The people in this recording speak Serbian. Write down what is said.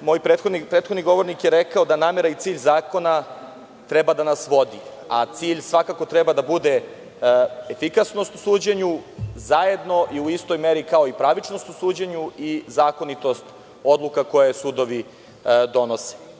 Moj prethodni govornik je rekao da namera i cilj zakona treba da nas vodi, a cilj svakako treba da bude efikasnost u suđenju, zajedno i u istoj meri kao i pravičnost u suđenju i zakonitost odluka koje sudovi donose. Mislim